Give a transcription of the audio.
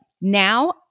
Now